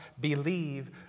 believe